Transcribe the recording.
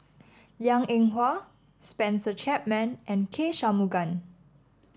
Liang Eng Hwa Spencer Chapman and K Shanmugam